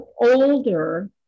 older